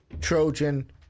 Trojan